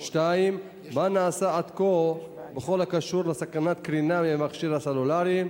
2. מה נעשה עד כה בכל הקשור לסכנת קרינה מהמכשיר הסלולרי?